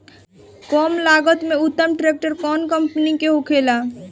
कम लागत में उत्तम ट्रैक्टर कउन कम्पनी के होखेला?